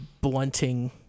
blunting